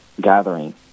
gathering